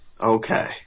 Okay